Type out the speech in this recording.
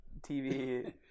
TV